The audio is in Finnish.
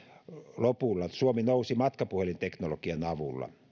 lopulla suomi nousi matkapuhelinteknologian avulla